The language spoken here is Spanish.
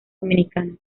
dominicana